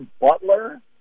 Butler